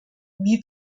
wie